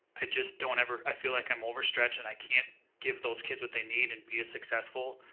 i just don't ever, i feel like i'm over stretched and i can't give those kids what they need and be as successful,